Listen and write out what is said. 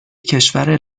کشور